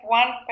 one